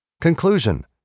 Conclusion